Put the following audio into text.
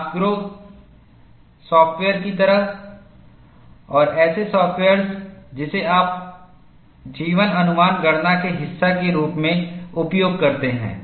NASGRO software की तरह और ऐसे सॉफ्टवेयर्स जिसे आप जीवन अनुमान गणना के हिस्से के रूप में उपयोग करते हैं